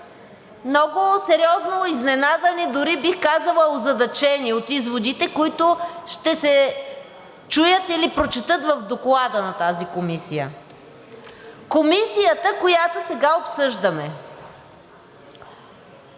много сериозно изненадани, дори бих казала озадачени, от изводите, които ще се чуят или прочетат в Доклада на тази комисия – комисията, която сега обсъждаме.